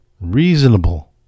reasonable